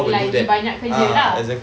lagi banyak kerja lah